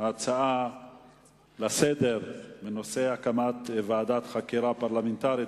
ההצעה לסדר-היום בנושא הצורך בהקמת ועדת חקירה פרלמנטרית